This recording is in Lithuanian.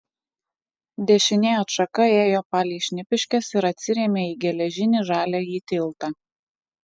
dešinė atšaka ėjo palei šnipiškes ir atsirėmė į geležinį žaliąjį tiltą